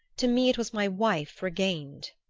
to me it was my wife regained!